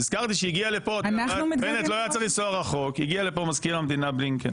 נזכרתי שהגיע לפה מזכיר המדינה בלינקן